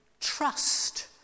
trust